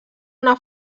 una